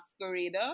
masquerader